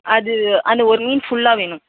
அது அது ஒரு மீன் ஃபுல்லாக வேணும்